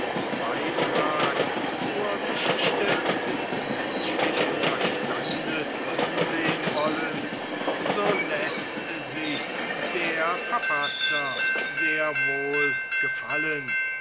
beitrag zur geschichte des menschlichen verstandes ansehen wollen so läßt sichs der verfasser sehr wohl gefallen